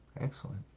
Excellent